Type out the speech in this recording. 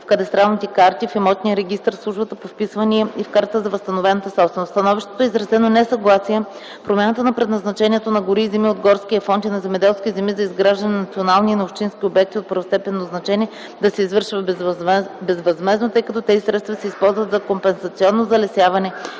в кадастралните карти, в имотния регистър, в службата по вписванията и в картата на възстановената собственост. В становището е изразено несъгласие промяната на предназначението на гори и земи от горския фонд и на земеделски земи за изграждане на национални и на общински обекти от първостепенно значение да се извършва безвъзмездно, тъй като тези средства се използват за компенсационно залесяване